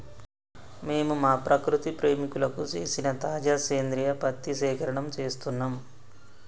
మేము మా ప్రకృతి ప్రేమికులకు సేసిన తాజా సేంద్రియ పత్తి సేకరణం సేస్తున్నం